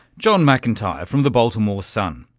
john mcintyre from the baltimore sun.